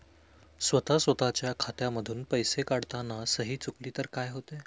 स्वतः स्वतःच्या खात्यातून पैसे काढताना सही चुकली तर काय होते?